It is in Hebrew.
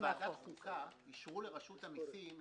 בוועדת החוקה אישרו לרשות המסים,